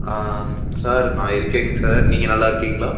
ஆ sir நான் இருக்கேங்க sir நீங்கள் நல்லா இருக்கீங்களா